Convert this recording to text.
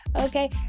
Okay